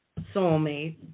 soulmate